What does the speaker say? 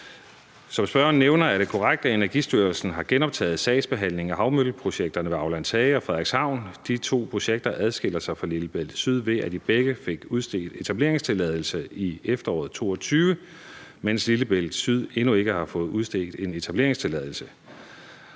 Som spørgeren nævner, er det korrekt, at Energistyrelsen har genoptaget sagsbehandlingen af havvindmølleprojekterne ved Aflandshage og Frederikshavn. De to projekter adskiller sig fra Lillebælt Syd ved, at de begge fik udstedt etableringstilladelser i efteråret 2022, mens Lillebælt Syd endnu ikke har fået udstedt en etableringstilladelse.